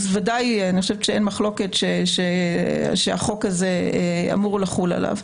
אז ודאי שאין מחלוקת שהחוק הזה אמור לחול עליו.